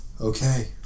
okay